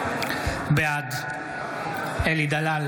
בעד אלי דלל,